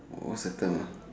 what's that term ah